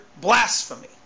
blasphemy